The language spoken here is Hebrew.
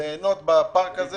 ליהנות בפארק.